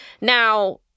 Now